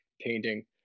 painting